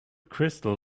crystal